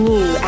New